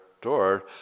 door